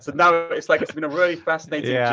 so now it's like, it's been a really fascinating yeah